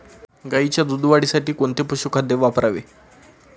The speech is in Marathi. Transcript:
गाईच्या दूध वाढीसाठी कोणते पशुखाद्य वापरावे?